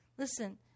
Listen